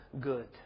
good